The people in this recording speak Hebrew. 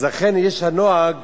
אז לכן יש הנוהג